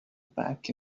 back